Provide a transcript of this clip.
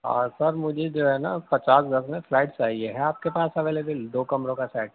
سر مجھے جو ہے نا پچاس گز میں فلیٹ چاہیے ہے آپ کے پاس اویلیبل دو کمروں کا سیٹ